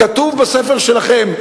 כתוב בספר שלכם.